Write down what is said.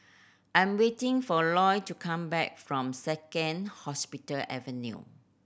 I'm waiting for Loy to come back from Second Hospital Avenue